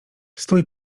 stój